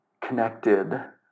connected